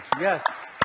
Yes